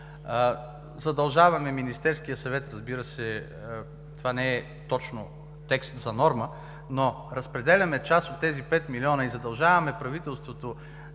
задължаваме Министерския съвет, разбира се, това не е точно текст за норма, но разпределяме част от тези 5 млн. лв. и задължаваме правителството